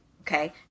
okay